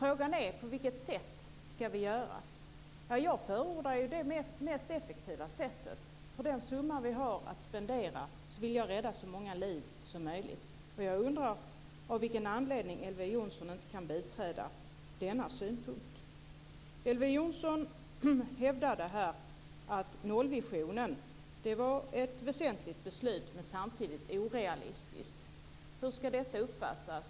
Frågan är på vilket sätt vi ska göra det. Jag förordar det mest effektiva sättet. För den summa vi har att spendera vill jag rädda så många liv som möjligt. Jag undrar av vilken anledning Elver Jonsson inte kan biträda denna synpunkt. Elver Jonsson hävdade här att nollvisionen var ett väsentligt beslut men samtidigt orealistiskt. Hur ska detta uppfattas?